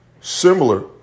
similar